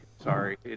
Sorry